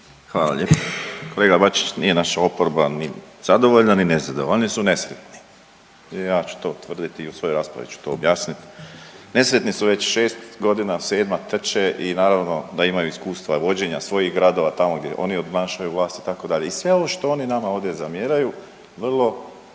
Hvala lijepa. Kolega Bačić nije naša oporba ni zadovoljna, ni nezadovoljna, oni su nesretni. Ja ću to tvrditi i u svojoj raspravi ću to objasniti. Nesretni su već 6 godina, 7 trče i naravno da imaju iskustva vođenja svojih gradova tamo gdje oni obnašaju vlast itd. I sve ovo što oni nama ovdje zamjeraju vrlo